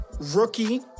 Rookie